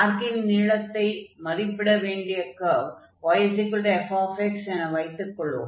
ஆர்க்கின் நீளத்தை மதிப்பிட வேண்டிய கர்வ் y fx என வைத்துக் கொள்வோம்